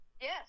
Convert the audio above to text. Yes